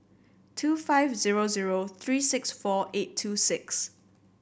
two five zero zero three six four eight two six